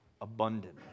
Abundant